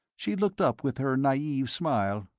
she looked up with her naive smile.